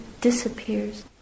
disappears